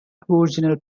aboriginal